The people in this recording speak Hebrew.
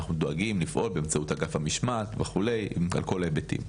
ואנחנו דואגים לפעול באמצעות אגף המשמעת וכו' בכל ההיבטים.